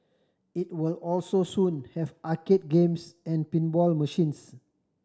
it will also soon have arcade games and pinball machines